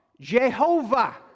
Jehovah